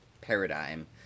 paradigm